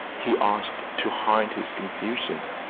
he asked to hide his confusion.